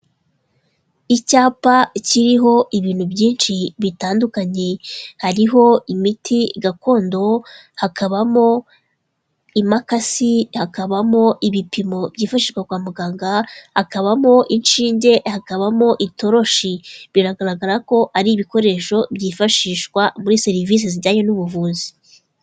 Icyapa kiriho ibintu byinshi bitandukanye: hariho imiti gakondo, hakabamo imakasi, hakabamo ibipimo byifashishwa kwa muganga, hakabamo inshinge, hakabamo itoroshi. Biragaragara ko ari ibikoresho byifashishwa muri serivisi zijyanye n'ubuvuzi.